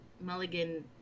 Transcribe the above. Mulligan